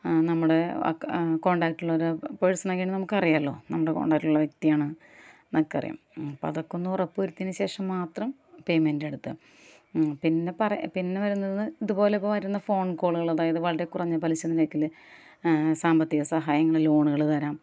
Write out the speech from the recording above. നമ്മുടെ ഒക്കെ കോണ്ടാക്റ്റിലുള്ള ഒരു പേഴ്സൺ ഒക്കെ ആണെങ്കിൽ നമുക്കറിയാമല്ലോ നമ്മുടെ കോണ്ടാക്ടിലുള്ള വ്യക്തിയാണ് നമുക്കറിയാം അപ്പോൾ അതൊക്കെ ഒന്ന് ഉറപ്പ് വരുത്തിയതിന് ശേഷം മാത്രം പേമെന്റ് നടത്തുക പിന്നെ പറയാൻ പിന്നെ വരുന്നത് ഇതുപോലെ വരുന്ന ഫോൺ കോളുകൾ അതായത് വളരെ കുറഞ്ഞ പലിശ നിരക്കിൽ സാമ്പത്തിക സഹായങ്ങൾ ലോണുകൾ തരാം